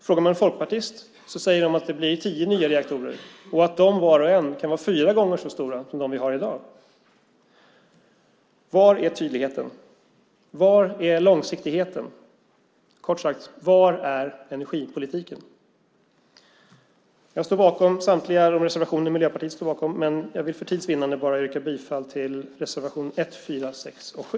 Frågar man folkpartister säger de att det blir tio nya reaktorer och att de, var och en, kan vara fyra gånger så stora som de vi har i dag. Var är tydligheten? Var är långsiktigheten? Kort sagt, var är energipolitiken? Jag står bakom samtliga Miljöpartiets reservationer, men jag vill för tids vinnande yrka bifall till enbart reservationerna 1, 4, 6 och 7.